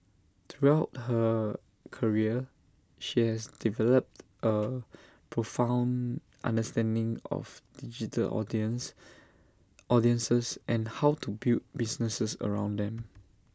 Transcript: throughout her career she has developed A profound understanding of digital audience audiences and how to build businesses around them